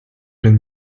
been